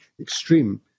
extreme